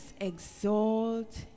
exalt